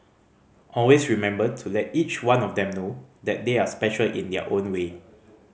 always remember to let each one of them know that they are special in their own way